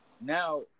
now